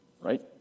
right